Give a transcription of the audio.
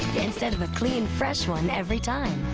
instead of a clean, fresh one every time?